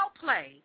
play